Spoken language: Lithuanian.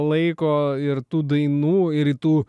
laiko ir tų dainų ir į tų